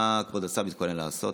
מה כבוד השר מתכונן לעשות?